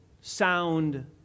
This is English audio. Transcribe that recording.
sound